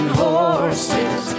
horses